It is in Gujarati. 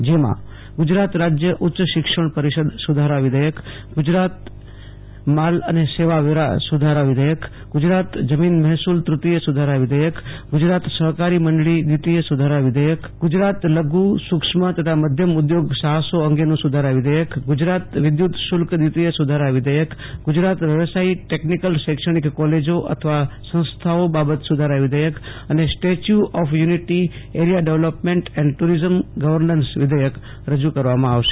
જેમાં ગુજરાત રાજ્ય ઉચ્ચ શિક્ષણ પરીષદ સુધારા વિધેયક ગુરજાત માલ અને સેવા વેરો સુધાર વીધેયક ગુજરાત જમીન મહેસુલ તૃતીય સુધારો વિધેયક ગુજરાત સહકારી મંડળી દ્વિતીય સુધારો વિધેયક ગુજરાત વિદ્યુત શુલ્ક દ્વિતીય સુધારા વિધેયક ગુજરાત વ્યવસાયી ટેકનિકલ શૈક્ષણિક કોલેજો અથવા સંસ્થાઓ બાબત સુધારા વિધેયક અને statue of unity area development and tourism governance વિધેયક રજુ કરવામાં આવશે